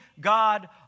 God